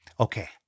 Okay